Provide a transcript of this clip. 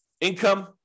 Income